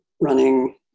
running